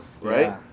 right